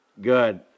Good